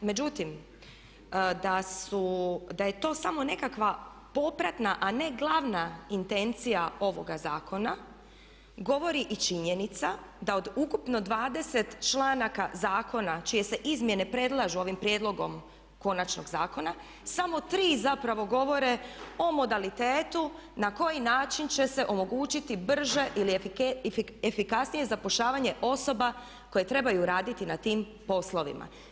Međutim, da je to samo nekakva popratna a ne glavna intencija ovoga zakona govori i činjenica da od ukupno 20 članaka zakona čije se izmjene predlažu ovim prijedlogom konačnog zakona samo tri zapravo govore o modalitetu na koji način će se omogućiti brže ili efikasnije zapošljavanje osoba koje trebaju raditi na tim poslovima.